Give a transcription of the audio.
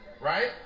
right